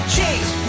Chase